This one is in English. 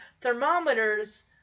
thermometers